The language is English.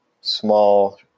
small